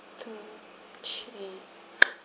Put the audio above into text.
two three